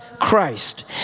Christ